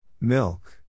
Milk